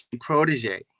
protege